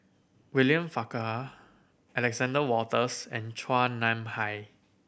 William Farquhar Alexander Wolters and Chua Nam Hai